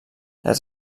les